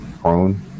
prone